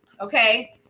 okay